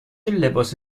لباس